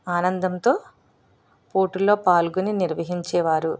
ఆనందంతో పోటీలలోపాల్గొని నిర్వహించేవారు